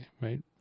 Right